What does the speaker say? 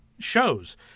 Shows